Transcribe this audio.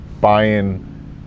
buying